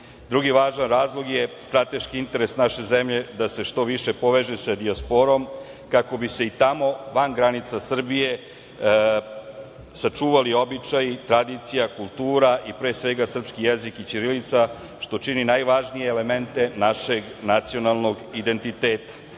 važan razlog je strateški interes naše zemlje da se što više poveže sa dijasporom kako bi se i tamo van granica Srbije sačuvali običaji, tradicija, kultura i pre svega srpski jezik i ćirilica, što čini najvažnije elemente našeg nacionalnog identiteta,